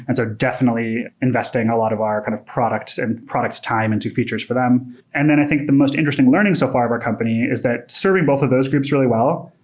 and so definitely investing a lot of our kind of products' and products' time and to features for them and then i think the most interesting learning so far of our company is that serving both of those groups really well,